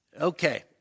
Okay